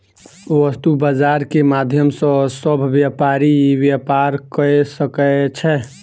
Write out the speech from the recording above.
वस्तु बजार के माध्यम सॅ सभ व्यापारी व्यापार कय सकै छै